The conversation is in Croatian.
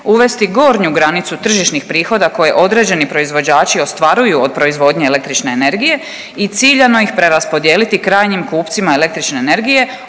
uvesti gornju granicu tržišnih prihoda koje određeni proizvođači ostvaruju od proizvodnje električne energije i ciljano ih preraspodijeliti krajnjim kupcima električne energije,